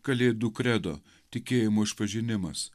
kalėdų kredo tikėjimo išpažinimas